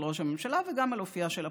ראש הממשלה וגם על אופייה של הפוליטיקה,